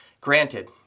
Granted